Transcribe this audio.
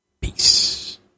Peace